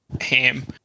Ham